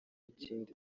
ikindi